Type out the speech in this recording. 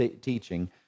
teaching